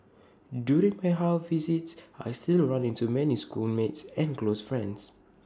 during my house visits I still run into many schoolmates and close friends